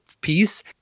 piece